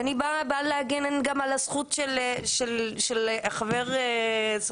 ואני באה להגן גם על הזכות של חבר --- וחבריו